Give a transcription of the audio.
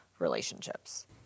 relationships